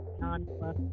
non-plus